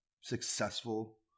successful